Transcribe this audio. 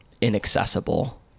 inaccessible